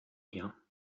hier